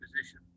position